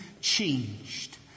changed